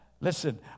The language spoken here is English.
Listen